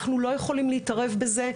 אנחנו לא יכולים להתערב בזה,